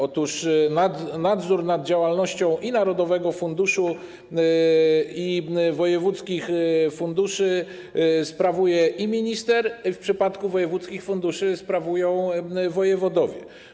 Otóż nadzór nad działalnością i narodowego funduszu, i wojewódzkich funduszy sprawuje i minister, i w przypadku wojewódzkich funduszy sprawują wojewodowie.